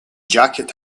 jacket